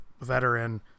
veteran